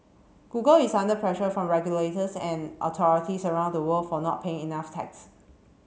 google is under pressure from regulators and authorities around the world for not paying enough tax